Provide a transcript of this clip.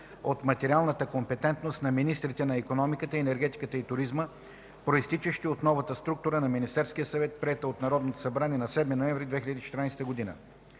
от материалната компетентност на министрите на икономиката, енергетиката и туризма, произтичащи от новата структура на Министерския съвет, приета от Народното събрание на 7 ноември 2014 г.